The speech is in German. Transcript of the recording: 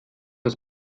das